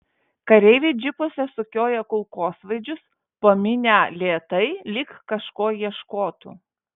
kareiviai džipuose sukioja kulkosvaidžius po minią lėtai lyg kažko ieškotų